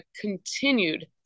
continued